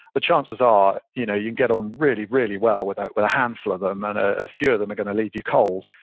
the chances are you know you'd get on really, really well with with a handful of them, and a few of them are going to leave you cold.